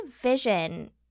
vision